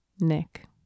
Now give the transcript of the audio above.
Nick